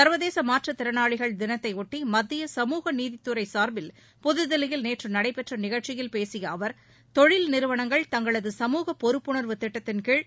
சர்வதேச மாற்றுத் திறனாளிகள் தினத்தைபொட்டி மத்திய சமூக நீதித்துறை சார்பில் புதுதில்லியில் நேற்று நடைபெற்ற நிகழ்ச்சியில் பேசிய அவர் தொழில் நிறுவனங்கள் தங்களது சமூகப் பொறுப்புணர்வு திட்டத்தின் கீழ்